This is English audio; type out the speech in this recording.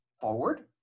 forward